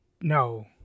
no